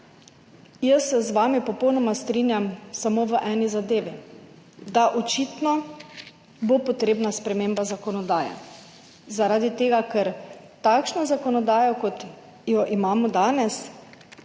jaz se z vami popolnoma strinjam samo v eni zadevi, da bo očitno potrebna sprememba zakonodaje, zaradi tega, ker s takšno zakonodajo, kot jo imamo danes,